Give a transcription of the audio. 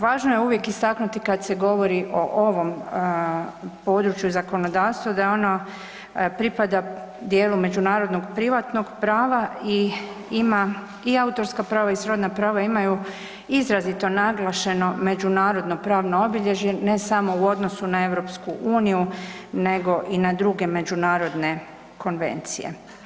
Važno je uvijek istaknuti kad se govori o ovom području zakonodavstva da ono pripada dijelu međunarodnog privatnog prava i ima, i autorska prava i srodna prava imaju izrazito naglašeno međunarodno pravno obilježje ne samo u odnosu na EU nego i na druge međunarodne konvencije.